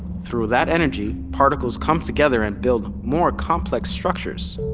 through that energy, particles come together and build more complex structures,